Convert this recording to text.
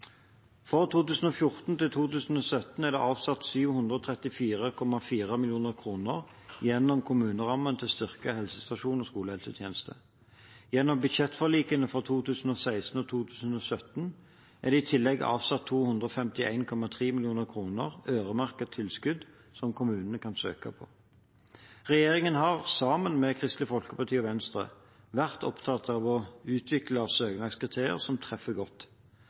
er det avsatt 734,4 mill. kr gjennom kommunerammen til å styrke helsestasjons- og skolehelsetjenesten. Gjennom budsjettforlikene for 2016 og 2017 er det i tillegg avsatt 251,3 mill. kr til et øremerket tilskudd som kommunene kan søke på. Regjeringen har, sammen med Kristelig Folkeparti og Venstre, vært opptatt av å utvikle søknadskriterier som treffer godt.